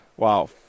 Wow